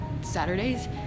Saturdays